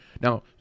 now